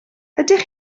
ydych